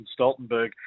Stoltenberg